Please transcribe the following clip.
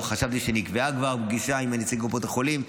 חשבתי שכבר נקבעה פגישה עם נציגי קופות החולים.